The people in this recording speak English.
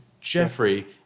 Jeffrey